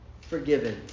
forgiven